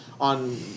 on